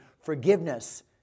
forgiveness